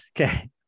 Okay